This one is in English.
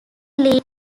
lee